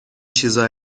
چیزا